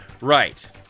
Right